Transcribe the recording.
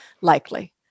likely